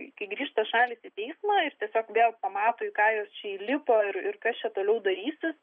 kai grįžta šalys į teismą ir tiesiog vėl pamato į ką jos čia įlipo ir ir kas čia toliau darysis